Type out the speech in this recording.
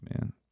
man